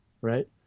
right